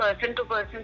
person-to-person